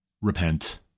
repent